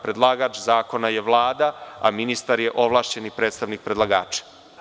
Predlagač zakona je Vlada, a ministar je ovlašćeni predstavnik predlagača.